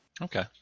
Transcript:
Okay